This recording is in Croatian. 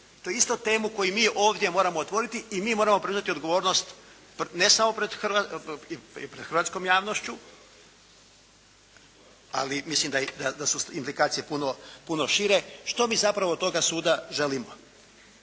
To je isto temu koju mi ovdje moramo otvoriti i mi moramo predati odgovornost ne samo pred, i pred hrvatskom javnošću, ali mislim da su indikacije puno šire što mi zapravo od toga suda želimo.